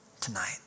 tonight